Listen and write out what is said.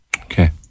okay